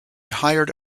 hired